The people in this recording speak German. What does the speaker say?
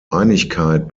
einigkeit